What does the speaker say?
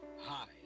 Hi